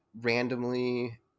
randomly